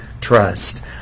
trust